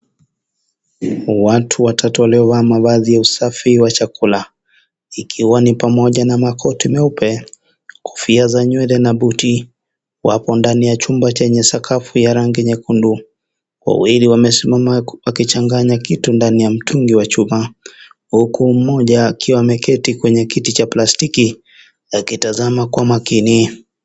Watu watatu waliovaa mavazi ya usafi wa chakula ikiwa ni pamoja na makoti meupe, kofia za nywele na buti wapo ndani ya chumba chenye sakafu ya rangi nyekundu wawili wamesimama wakichanganya kitu ndani ya mtungi wa chuma huku mmoja akiwa ameketi kwenye kiti cha plasitiki akitazama kwa makini.